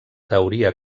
teoria